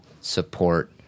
support